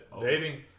dating